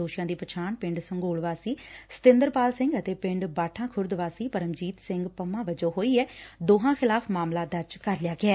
ਦੋਸ਼ੀਆਂ ਦੀ ਪਛਾਣ ਪਿੰਡ ਸੰਘੋਲ ਵਾਸੀ ਸਤਿੰਦਰਪਾਲ ਸਿੰਘ ਅਤੇ ਪਿੰਡ ਬਾਠਾਂ ਖੁਰਦ ਵਾਸੀ ਪਰਮਜੀਤ ਸਿੰਘ ਪੰਮਾ ਵਜੋਂ ਹੋਈ ਐ ਦੋਹਾਂ ਖਿਲਾਫ਼ ਮਾਮਲਾ ਦਰਜ ਕਰ ਲਿਆ ਗਿਐ